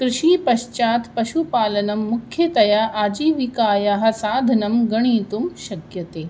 कृषि पश्चात् पशुपालनं मुख्यतया आजीविकायाः साधनं गणितुं शक्यते